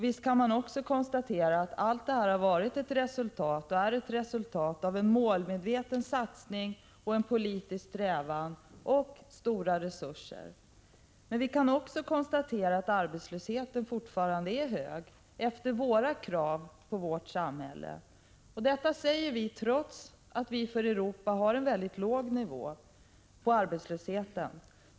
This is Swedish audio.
Visst är allt detta också ett resultat av en målmedveten satsning, en politisk strävan och stora resurser. Men vi kan även konstatera att arbetslösheten fortfarande är hög — enligt de krav vi ställer på samhället. Detta säger vi trots att Sverige har en för Europa mycket låg arbetslöshet.